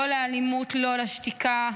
לא לאלימות, לא לשתיקה.